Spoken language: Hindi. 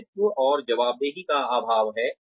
स्वामित्व और जवाबदेही का अभाव है